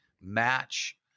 match